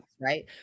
right